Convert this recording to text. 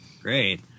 Great